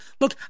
look